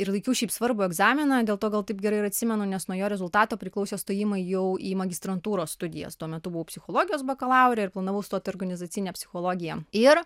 ir laikiau šiaip svarbų egzaminą dėl to gal taip gerai ir atsimenu nes nuo jo rezultato priklausė stojimui jau į magistrantūros studijas tuo metu buvau psichologijos bakalaurė ir planavau stot organizacinę psichologiją ir